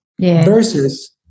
versus